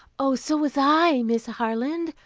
oh, so was i, miss harland.